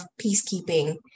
peacekeeping